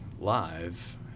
live